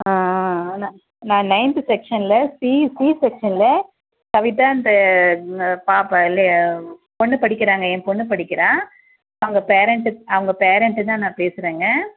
ஆ நான் நான் நைன்த்து செக்ஷனில் சி சி செக்ஷனில் கவிதாங்ற இவங்க பாப்பா இல்லை என் பொண்ணு படிக்கிறாங்க என் பொண்ணு படிக்கிறாள் அவங்க பேரெண்ட்டு அவங்க பேரெண்ட்டு தான் நான் பேசுகிறேங்க